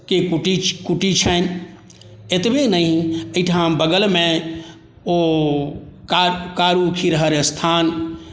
के कुटी छनि एतबे नहि एहिठाम बगलमे ओ कारू खिरहरि अस्थान